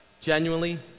Genuinely